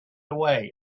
away